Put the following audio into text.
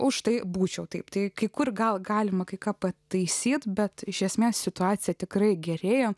užtai būčiau taip tai kai kur gal galima kai ką pataisyti bet iš esmės situacija tikrai gerėja